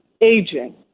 Aging